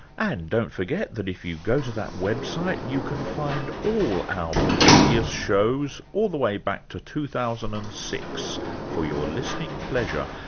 and don't forget that if you go to that website you can find all our previous shows all the way back to two thousand and six for your listening pleasure.